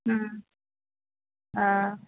हा